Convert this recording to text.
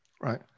right